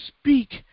speak